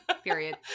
Period